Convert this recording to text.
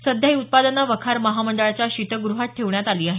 सध्या ही उत्पादने वखार महामंडळाच्या शीतगृहात ठेवण्यात आली आहेत